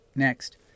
Next